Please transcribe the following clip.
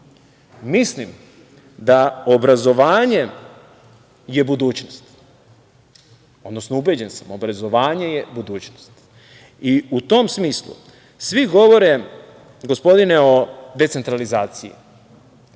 Mislim da je obrazovanje budućnost, odnosno ubeđen sam, obrazovanje je budućnost. U tom smislu, svi govore, gospodine, o decentralizaciji.